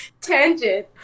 tangent